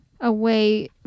away